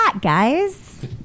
guys